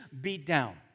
beatdown